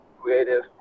creative